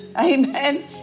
Amen